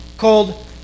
called